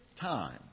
time